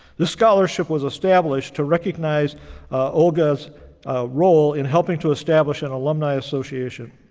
this scholarship was established to recognize olga's role in helping to establish an alumni association.